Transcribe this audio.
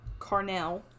Carnell